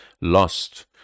lost